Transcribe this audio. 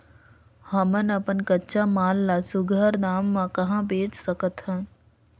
हमन अपन कच्चा माल ल सुघ्घर दाम म कहा बेच सकथन?